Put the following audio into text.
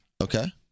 Okay